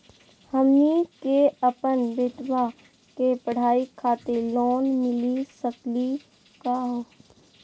हमनी के अपन बेटवा के पढाई खातीर लोन मिली सकली का हो?